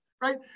right